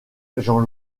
jean